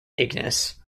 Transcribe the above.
ignace